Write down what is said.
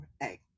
hey